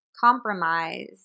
compromise